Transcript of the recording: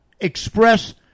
express